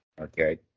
Okay